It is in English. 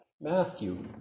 Matthew